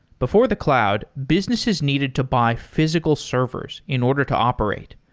before the cloud, businesses needed to buy physical servers in order to operate.